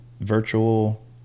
virtual